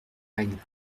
règles